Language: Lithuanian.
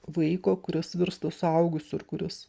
vaiko kuris virsta suaugusiu ir kuris